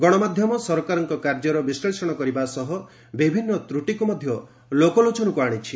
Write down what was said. ଗଣମାଧ୍ୟମ ସରକାରଙ୍କ କାର୍ଯ୍ୟର ବିଶ୍ଳେଷଣ କରିବା ସହ ବିଭିନ୍ନ ତୃଟିକୁ ଲୋକଲୋଚନକୁ ଆଶିଛି